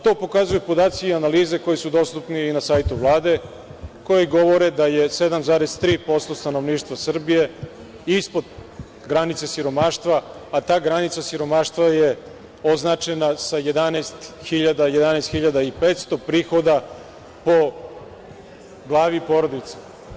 To pokazuju podaci i analize koji su dostupni i na sajtu Vlade, koji govore da je 7,3% stanovništva Srbije ispod granice siromaštva, a ta granica siromaštva je označena sa 11.000, 11.500 prihoda po glavi porodice.